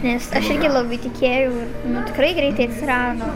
nes aš irgi labai tikėjau ir tikrai greitai atsirado